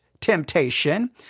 temptation